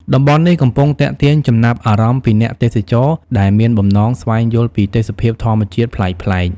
តំបន់នេះកំពុងទាក់ទាញចំណាប់អារម្មណ៍ពីអ្នកទេសចរដែលមានបំណងស្វែងយល់ពីទេសភាពធម្មជាតិប្លែកៗ។